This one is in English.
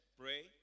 pray